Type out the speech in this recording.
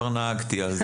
העניין.